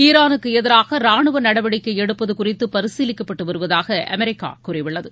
ஈராலுக்கு எதிராக ராணுவ நடவடிக்கை எடுப்பது குறித்து பரிசீலிக்கப்பட்டு வருவதாக அமெரிக்கா கூறியுள்ளது